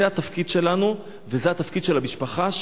זה התפקיד שלנו וזה התפקיד של המשפחה,